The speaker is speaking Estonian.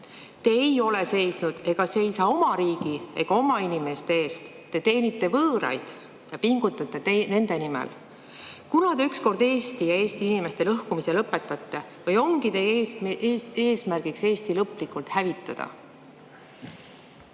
Te ei ole seisnud ega seisa oma riigi ega oma inimeste eest. Te teenite võõraid ja pingutate nende nimel. Kunas te ükskord Eesti ja Eesti inimeste lõhkumise lõpetate või ongi teie eesmärgiks Eesti lõplikult hävitada?